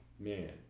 man